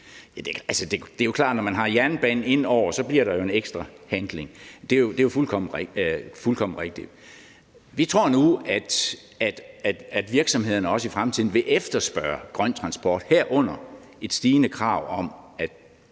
Det er klart, at når man har jernbanen indover, så bliver der en ekstra handling. Det er jo fuldkommen rigtigt. Vi tror nu, at virksomhederne også i fremtiden vil efterspørge grøn transport, herunder have et stigende krav om, at